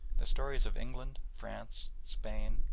the stories of england, france, spain,